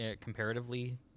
comparatively